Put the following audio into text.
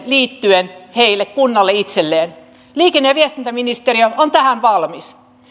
liittyen heille kunnalle itselleen liikenne ja viestintäministeriö on tähän valmis